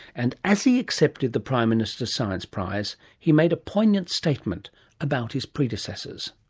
and as he accepted the prime minster's science prize he made a poignant statement about his predecessors.